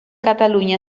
cataluña